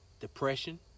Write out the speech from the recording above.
depression